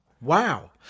Wow